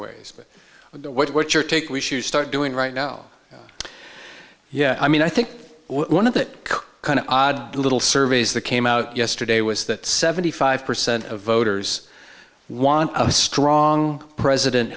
ways what your take we should start doing right now yeah i mean i think one of that kind of odd little surveys that came out yesterday was that seventy five percent of voters want a strong president